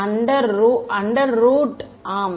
மாணவர் under root ஆம்